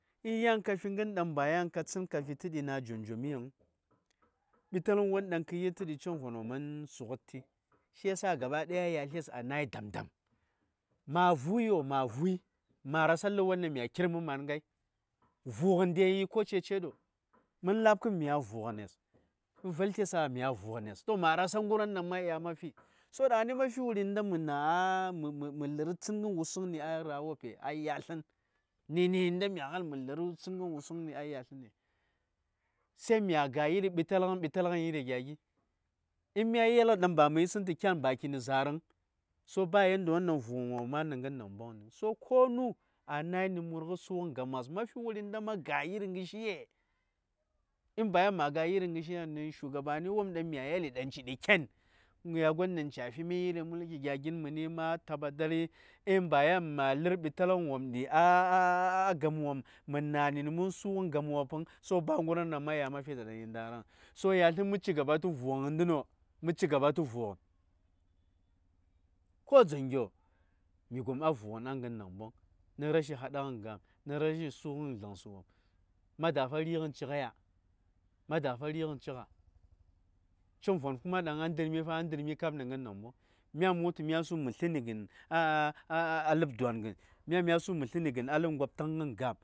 In yan ka fi gən daŋ bayan ka tsən ka fitə ɗi na jomjom vəŋ, bital gən yo dang kə yir tə ɗi chongvon wo man sughədti shiyasa gaba daya yasles a nai dam-dam. Ma vu:i yo-ma vu:i. Ma rasa ləbyo ɗaŋ mya kir məma:n ghai. Vu:ghən de yi ko ceceɗo. Mən la:bkən mya vu:gənes, nə valtesa mya vu:gənes, to ma rasa gərwon ɗaŋ ma ɗya ma fi. To ɗaŋni ma fi wuri nda mə na, mə-mə-mə ndər tsəngən wopən a ra: wope, a yaslən. Nə ni nda mya su mə ndə:r tsəngən wopən a yaslən ne. Sai mya ga: iri ɓitalgən-ɓitalgən gya gi: In mya yel ɗaŋ ba kə yisən tu kyan ba kinə za:rəŋ, so ba yandayo ɗang vʊgən wopm woma:n nəgən namboŋni. So konu a na:y nə murgəsu:gən gamas, Ma fi wuri nda ma ga: iri gərshiye? In ba yan ma. gə iri gərshi gi vəŋ, gya shugaba wopmɗaŋmya yeli ɗaŋci ɗi ken, gya gi: ɗaŋ ca fi mi iri mulki gya gi: məni ma kab, in ba yan ma lə:rɓitalgən wopm ɗi a gama wopm, mə na ni mən su:gən gama wopəŋ, so ba gərwon ɗaŋma ɗya mafi ɗaŋ yi ɗa ndaraŋ. so yaslən mə ci gaba tə vʊgən ndəŋno. Mə ci gaba tə vu:gən. ko dzaŋgyo, mi gom a vu:gən a gən namboŋ nə rashi hadaghən gam, nə rashi su:ghən zlənsə wopm. Ma dafa ri:gən ci:ghəya? Ma dafa ri:ghən cik gha? Congvon ɗaŋ a ndə:r mi fa ,a ndə:r kap nə ngən namboŋ. Myan mə wul tu mya su mə slə ni gən a, a,a ləb dwa:ngən, myan mya su ni mə slə a ləb gwaptangən gam.